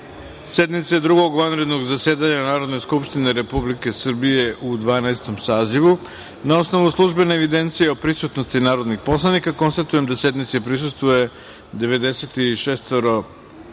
sednice Drugog vanrednog zasedanja Narodne skupštine Republike Srbije u Dvanaestom sazivu. Na osnovu službene evidencije o prisutnosti narodnih poslanika, konstatujem da sednici prisustvuje 96